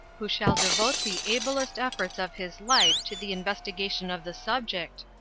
who shall devote the ablest efforts of his life to the investigation of the subject,